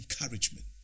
encouragement